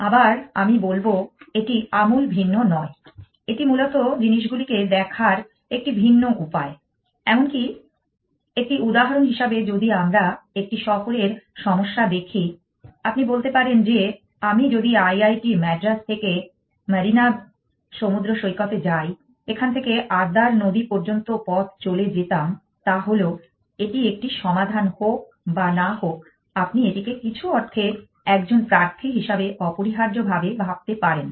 আবার আমি বলব এটি আমূল ভিন্ন নয় এটি মূলত জিনিসগুলিকে দেখার একটি ভিন্ন উপায় এমনকি একটি উদাহরণ হিসাবে যদি আমরা একটি শহরের সমস্যা দেখি আপনি বলতে পারেন যে আমি যদি IIT মাদ্রাস থেকে মারিনা সমুদ্র সৈকতে যাই এখান থেকে আদ্যার নদী পর্যন্ত পথ চলে যেতাম তা হল এটি একটি সমাধান হোক বা না হোক আপনি এটিকে কিছু অর্থে একজন প্রার্থী হিসাবে অপরিহার্যভাবে ভাবতে পারেন